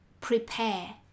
prepare